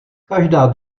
každá